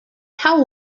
how